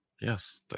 Yes